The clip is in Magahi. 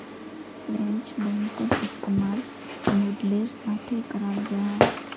फ्रेंच बेंसेर इस्तेमाल नूडलेर साथे कराल जाहा